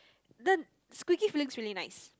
the squeaky feeling is really nice